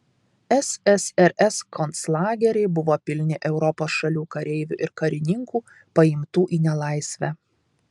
ssrs konclageriai buvo pilni europos šalių kareivių ir karininkų paimtų į nelaisvę